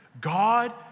God